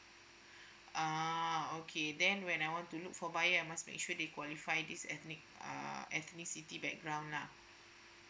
uh okay then when I want to look for buyer I must make sure they qualify this ethnic uh ethnicity background lah